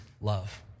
love